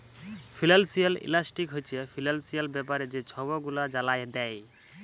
financial analyst হছে financial ব্যাপারে যে ছব গুলা জালায় দেই